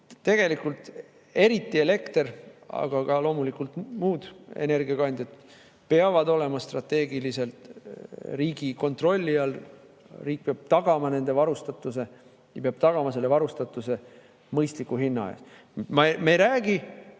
Tegelikult peab eriti elekter, aga ka loomulikult muud energiakandjad peavad olema strateegiliselt riigi kontrolli all. Riik peab tagama nendega varustatuse ja peab tagama selle varustatuse mõistliku hinna eest.Me ei räägi